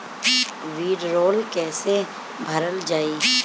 वीडरौल कैसे भरल जाइ?